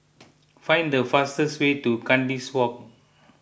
find the fastest way to Kandis Walk